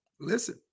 listen